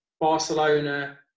Barcelona